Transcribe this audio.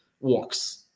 works